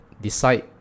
decide